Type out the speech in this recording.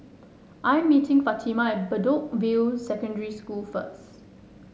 I am meeting Fatima at Bedok View Secondary School first